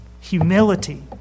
Humility